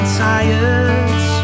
tired